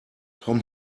tom